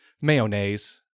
Mayonnaise